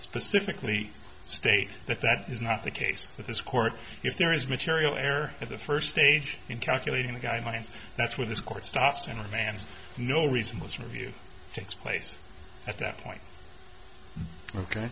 specifically state that that is not the case that this court if there is material air for the first stage in calculating the guidelines that's where this court stops and remand no reason was for review takes place at that point ok